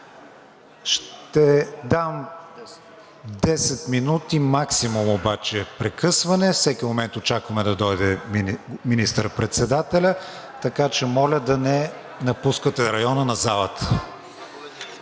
Ще дам десет минути – максимум обаче, прекъсване. Всеки момент очакваме да дойде министър-председателят, така че, моля да не напускате района на залата.